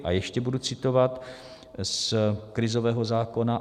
A ještě budu citovat z krizového zákona.